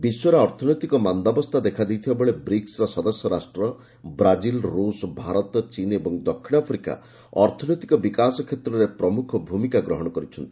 ବିଶ୍ୱରେ ଅର୍ଥନୈତିକ ମାନ୍ଦାବସ୍ଥା ଦେଖାଦେଇଥିବା ବେଳେ ବ୍ରିକ୍ନର ସଦସ୍ୟ ରାଷ୍ଟ୍ର ବ୍ରାଜିଲ ରୁଷ ଭାରତ ଚୀନ ଓ ଦକ୍ଷିଣ ଆଫ୍ରିକା ଅର୍ଥନୈତିକ ବିକାଶ କ୍ଷେତ୍ରରେ ପ୍ରମୁଖ ଭୂମିକା ଗ୍ରହଣ କରିଛନ୍ତି